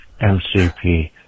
MCP